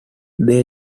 they